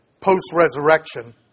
post-resurrection